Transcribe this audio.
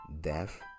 Death